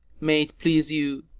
may it please you,